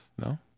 No